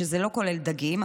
שזה לא כולל דגים,